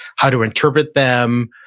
how to interpret them,